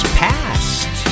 past